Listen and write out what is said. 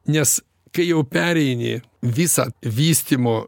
nes kai jau pereini visą vystymo